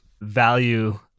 value